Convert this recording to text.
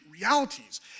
realities